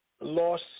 loss